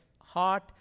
heart